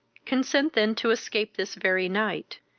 consent then to escape this very night.